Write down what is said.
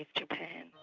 ah japan.